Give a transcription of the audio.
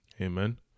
Amen